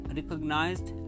recognized